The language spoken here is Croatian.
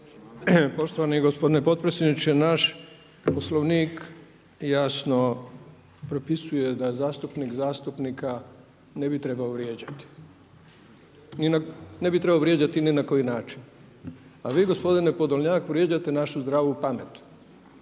Poštovani gospodine potpredsjedniče, naš Poslovnik jasno propisuje da zastupnik zastupnika ne bi trebao vrijeđati, ne bi trebalo vrijeđati ni na koji način. A vi gospodine Podolnjak vrijeđate našu zdravu pamet.